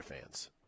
fans